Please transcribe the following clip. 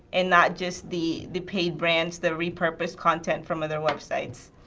and not just the the paid brands, the repurposed content from other websites.